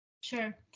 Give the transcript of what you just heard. Sure